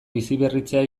biziberritzea